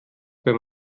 wenn